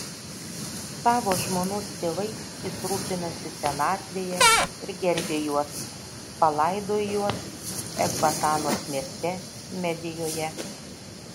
savo žmonos tėvais jis rūpinosi senatvėje ir gerbė juos palaidojo juos ekbatanos mieste medijoje